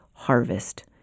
harvest